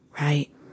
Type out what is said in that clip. right